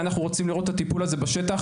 אנחנו רוצים לראות את הטיפול הזה בשטח,